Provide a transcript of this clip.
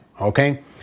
okay